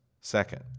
Second